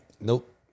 Nope